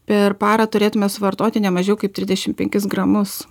per parą turėtume suvartoti ne mažiau kaip tridešim penkis gramus